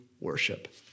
worship